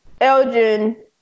Elgin